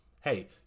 Hey